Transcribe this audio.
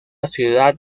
ciudad